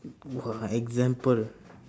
got example